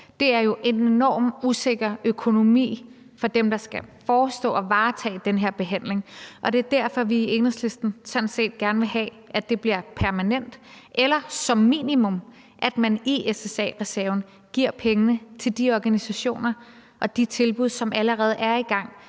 Det giver jo en enormt usikker økonomi for dem, der skal forestå og varetage den her behandling, og det er derfor, vi i Enhedslisten sådan set gerne vil have, at det bliver permanent, eller som minimum, at man i SSA-reserven giver pengene til de organisationer og de tilbud, som allerede er i gang.